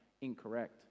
Incorrect